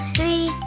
Three